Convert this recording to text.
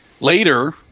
later